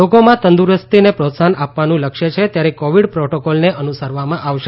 લોકોમાં તંદુરસ્તીને પ્રોત્સાહન આપવાનું લક્ષ્ય છે ત્યારે કોવિડ પ્રોટોકોલને અનુસરવામાં આવશે